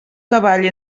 cavall